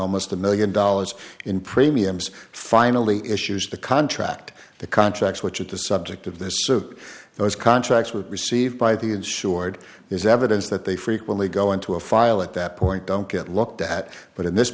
almost a million dollars in premiums finally issues the contract the contract which is the subject of this sort of those contracts were received by the insured is evidence that they frequently go into a file at that point don't get looked at but in this